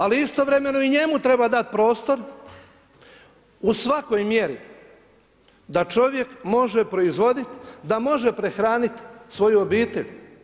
Ali istovremeno i njemu treba dati prostor u svakoj mjeri da čovjek može proizvoditi, da može prehraniti svoju obitelj.